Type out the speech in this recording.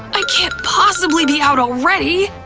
i can't possibly be out already!